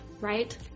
right